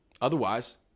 otherwise